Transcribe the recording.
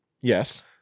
Yes